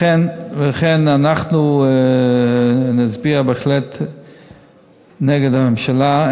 לכן אנחנו נצביע בהחלט נגד הממשלה.